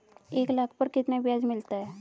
एक लाख पर कितना ब्याज मिलता है?